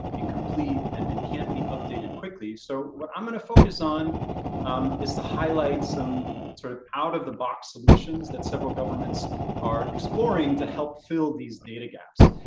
incomplete and and can't be updated quickly. so what i'm gonna focus on is to highlight some sort of out of the box solutions that several governments are exploring to help fill these data gaps.